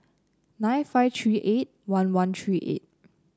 nine five three eight one one three eight